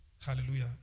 Hallelujah